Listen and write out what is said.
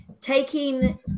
taking